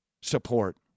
support